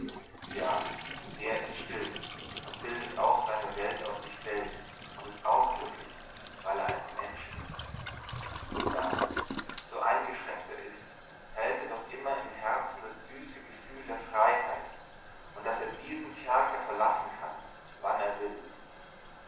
sehn ja der ist still und bildet auch seine welt aus sich selbst und ist auch glücklich weil er ein mensch ist und dann so eingeschränkt er ist hält er doch immer im herzen das süße gefühl der freiheit und daß er diesen kerker verlassen kann wann er will